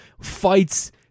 fights